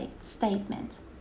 statement